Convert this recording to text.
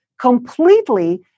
completely